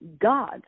god